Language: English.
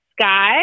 sky